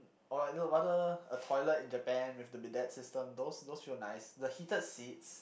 oh no rather a toilet in Japan with the bidet system those those feel nice the heated seats